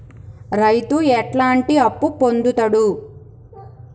రైతు ఎట్లాంటి అప్పు పొందుతడు?